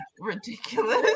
ridiculous